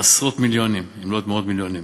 עשרות מיליונים, אם לא מאות מיליונים,